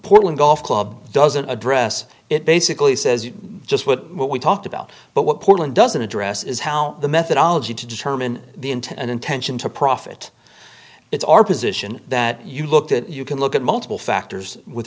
portland golf club doesn't address it basically says just what we talked about but what portland doesn't address is how the methodology to determine the intent and intention to profit it's our position that you looked at you can look at multiple factors with